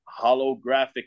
holographic